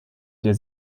der